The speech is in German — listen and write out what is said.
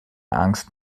angst